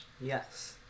yes